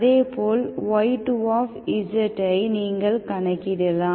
அதேபோல் y2z ஐ நீங்கள் கணக்கிடலாம்